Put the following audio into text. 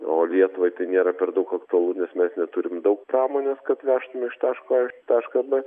o lietuvai tai nėra per daug aktualu nes mes neturim daug pramonės kad vežtume iš taško a į tašką b